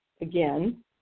again